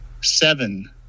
seven